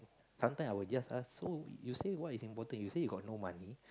sometimes I'll just ask so you say what's important you say you got no money